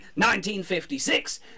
1956